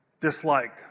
dislike